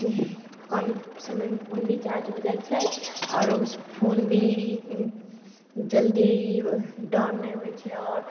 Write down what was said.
कम समयमे फोन भी चार्ज हो जाइ छै आओर ओ फोन भी जल्दी डाउन नहि होइ छै आओर